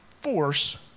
force